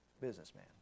businessman